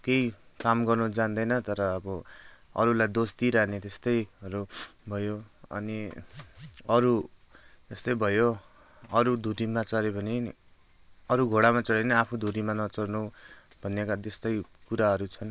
केही काम गर्नु जान्दैन तर अब अरूलाई दोष दिइरहने त्यस्तैहरू भयो अनि अरू यस्तै भयो अरू धुरीमा चढ्यो भने अरू घोडामा चढ्यो भने आफू धुरीमा नचढ्नु भनेका त्यस्तै कुराहरू छन्